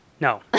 No